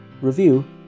review